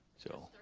so